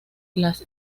las